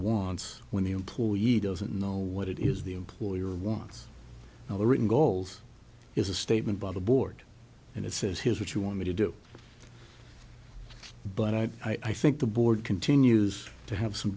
wants when the employer you doesn't know what it is the employer wants now the written goals is a statement by the board and it says here's what you want me to do but i think the board continues to have some